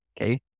Okay